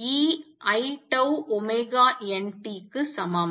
y ∑Deiτωnt க்கு